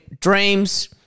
dreams –